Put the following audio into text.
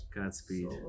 Godspeed